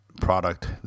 product